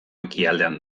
ekialdean